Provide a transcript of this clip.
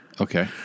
Okay